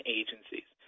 agencies